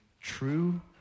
true